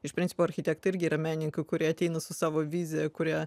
iš principo architektai irgi yra menininkai kurie ateina su savo vizija kurią